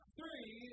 Three